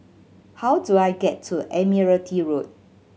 how do I get to Admiralty Road